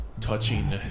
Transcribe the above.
Touching